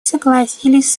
согласились